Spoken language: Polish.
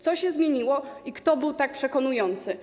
Co się zmieniło i kto był tak przekonujący?